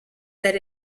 that